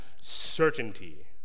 certainty